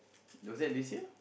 was that this year